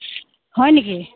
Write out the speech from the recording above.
হয় নেকি